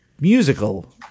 musical